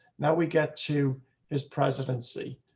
now we get to his presidency,